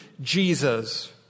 Jesus